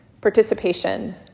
participation